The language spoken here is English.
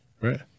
right